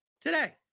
today